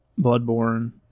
Bloodborne